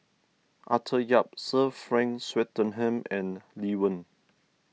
Arthur Yap Sir Frank Swettenham and Lee Wen